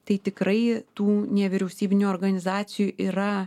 tai tikrai tų nevyriausybinių organizacijų yra